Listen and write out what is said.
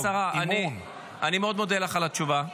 גברתי השרה, אני מאוד מודה לך על התשובה.